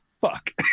fuck